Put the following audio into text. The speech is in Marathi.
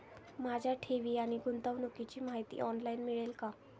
माझ्या ठेवी आणि गुंतवणुकीची माहिती ऑनलाइन मिळेल का?